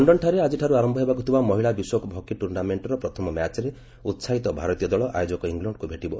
hockey women ଲକ୍ଷନରେ ଆଜିଠାରୁ ଆରମ୍ଭ ହେବାକୁ ଥିବା ମହିଳା ବିଶ୍ୱକପ୍ ହକି ଟୁର୍ଣ୍ଣାମେଣ୍ଟର ପ୍ରଥମ ମ୍ୟାଚ୍ରେ ଉତ୍ସାହିତ ଭାରତୀୟ ଦଳ ଆୟୋଜକ ଇଂଲଶ୍ଡକୁ ଭେଟିବ